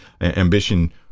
Ambition